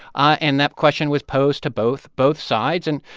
ah and that question was posed to both both sides. and,